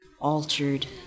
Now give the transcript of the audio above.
altered